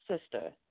sister